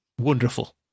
wonderful